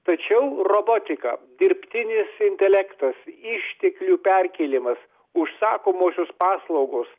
tačiau robotika dirbtinis intelektas išteklių perkėlimas užsakomosios paslaugos